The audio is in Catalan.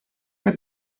que